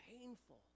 painful